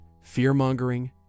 fear-mongering